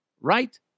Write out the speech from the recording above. Right